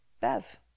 Bev